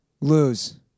Lose